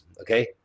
okay